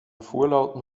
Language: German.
vorlauten